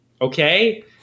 okay